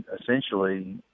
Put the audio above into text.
essentially